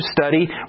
study